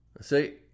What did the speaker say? See